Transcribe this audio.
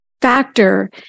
factor